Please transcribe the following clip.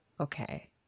Okay